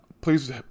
Please